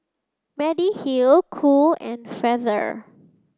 Mediheal Cool and Feather